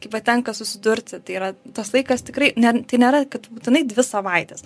kaip va tenka susidurti tai yra tas laikas tikrai ne tai nėra kad būtinai dvi savaitės